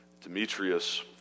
Demetrius